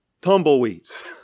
tumbleweeds